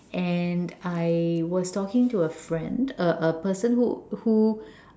and I was talking to a friend a a person who who